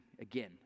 again